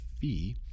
fee